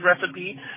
recipe